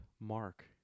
mark